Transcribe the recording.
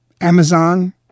Amazon